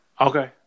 Okay